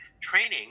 training